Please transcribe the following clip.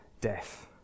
death